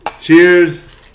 cheers